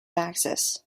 axis